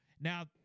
Now